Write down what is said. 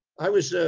i was